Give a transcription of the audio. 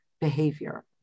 behavior